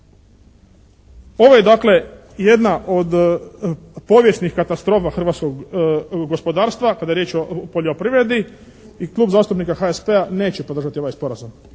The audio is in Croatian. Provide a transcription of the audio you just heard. dakle jedna od povijesnih katastrofa hrvatskog gospodarstva kada je riječ o poljoprivredi i Klub zastupnika HSP-a neće podržati ovaj sporazum.